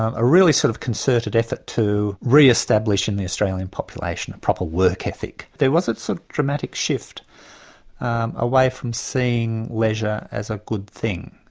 um a really sort of concerted effort to re-establish in the australian population a proper work ethic. there was a so dramatic shift away from seeing leisure as a good thing,